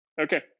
Okay